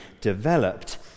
developed